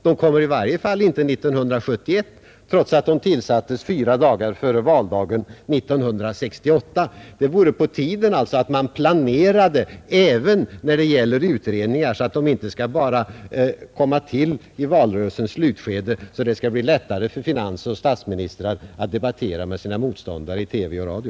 Det kommer i varje fall inte 1971, trots att utredningen tillsattes några dagar före valdagen 1968. Det vore på tiden att man planerade även när det gäller utredningar, så att de inte bara skall komma till i valrörelsens slutskede för att det skall bli lättare för finansoch statsministrar att debattera med motståndare i TV och radio.